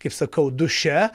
kaip sakau duše